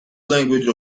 language